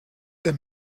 der